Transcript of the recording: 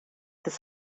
des